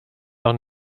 doch